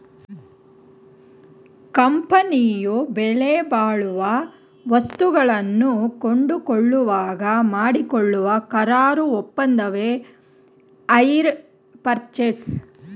ಕಂಪನಿಯು ಬೆಲೆಬಾಳುವ ವಸ್ತುಗಳನ್ನು ಕೊಂಡುಕೊಳ್ಳುವಾಗ ಮಾಡಿಕೊಳ್ಳುವ ಕರಾರು ಒಪ್ಪಂದವೆ ಹೈರ್ ಪರ್ಚೇಸ್